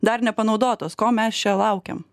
dar nepanaudotos ko mes čia laukiam